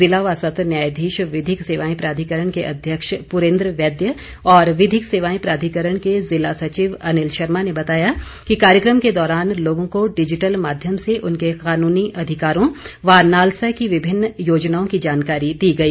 जिला व सत्र न्यायाधीश विधिक सेवाएं प्राधिकरण के अध्यक्ष पुरेन्द्र वैद्य और विधिक सेवाएं प्राधिकरण के जिला सचिव अनिल शर्मा ने बताया कि कार्यक्रम के दौरान लोगों को डिजिटल माध्यम से उनके कानूनी अधिकारों व नालसा की विभिन्न योजनाओं की जानकारी दी गई